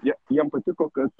jie jiem patiko kad